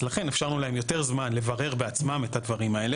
אז לכן אפשרנו להם יותר זמן לברר בעצמם את הדברים האלה